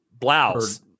blouse